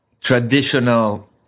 traditional